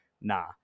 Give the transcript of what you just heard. nah